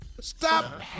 Stop